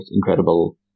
incredible